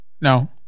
No